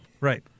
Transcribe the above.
Right